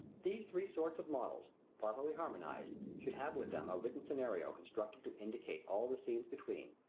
these three sorts of models, properly harmonized, should have with them a written scenario constructed to indicate all the scenes between.